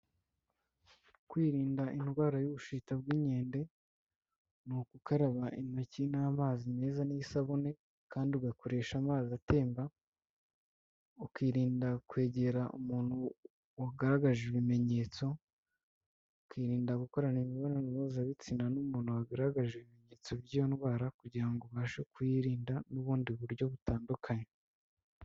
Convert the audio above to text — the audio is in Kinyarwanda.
Kwirinda indwara y'ubushita bw'inkende ni ugukaraba intoki n'amazi meza n'isabune kandi ugakoresha amazi atemba, ukirinda kwegera umuntu wagaragaje ibimenyetso, ukirinda gukorana imibonano mpuzabitsina n'umuntu wagaragaje ibimenyetso by'iyo ndwara kugira ngo ubashe kuyirinda n'ubundi buryo butandukanye.